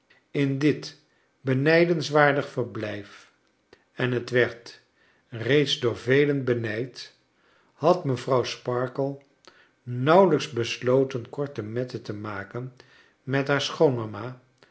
in dit benijdenswaardig verblijf en het werd reeds door velen benijd had mevrouw sparkler nanwelijks besloten korte metten te maken met haar